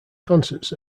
concerts